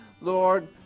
Lord